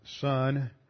son